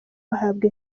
bahabwa